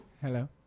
Hello